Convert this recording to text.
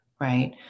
Right